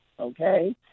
Okay